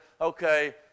okay